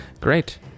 Great